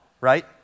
right